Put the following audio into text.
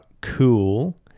cool